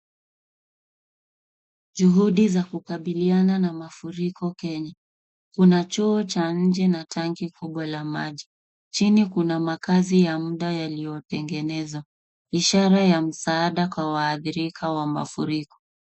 Juhudi za kukabiliana na mafuriko kenya kuna choo cha nje na tanki kubwa la maji. chini kuna makazi ya mda yaliyotengenezwa ishara ya msaada kwa waadhirika wa mafuriko.